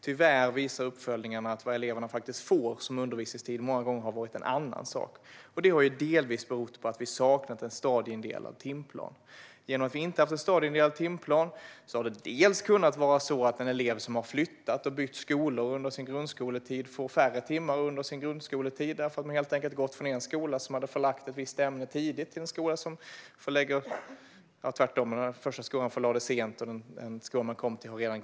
Tyvärr visar uppföljningarna att den undervisningstid som eleverna faktiskt får många gånger har varit en annan sak. Det har delvis berott på att vi har saknat en stadieindelad timplan. Genom att vi inte har haft en stadieindelad timplan har det kunnat vara så att en elev som har flyttat och bytt skola under sin grundskoletid har fått färre timmar under sin grundskoletid, därför att han eller hon helt enkelt har gått från en skola som har förlagt ett visst ämne sent till en skola som redan har gått igenom detta ämne.